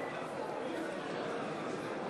58, נגד,